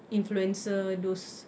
influencer those